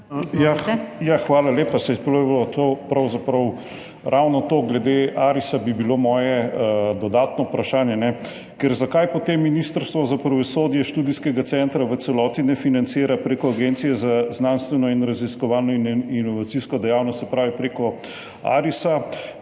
Hvala lepa. Saj je bilo to pravzaprav ravno to, glede Arisa bi bilo moje dodatno vprašanje, zakaj potem Ministrstvo za pravosodje študijskega centra v celoti ne financira prek Agencije za znanstvenoraziskovalno in inovacijsko dejavnost, se pravi prek Arisa,